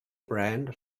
brand